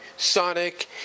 Sonic